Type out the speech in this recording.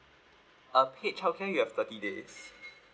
uh paid childcare you have thirty days